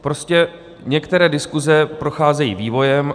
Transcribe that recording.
Prostě některé diskuse procházejí vývojem.